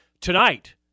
tonight